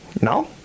no